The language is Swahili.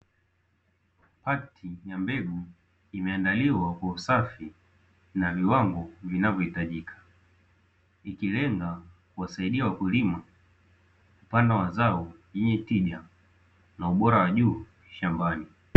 Pakiti ya mbegu imeandaliwa kwa usafi na viwango vinavyohitajika, ikilenga kuwasaidia wakulima kupanda mazao yenye tija na ubora wa juu shambani.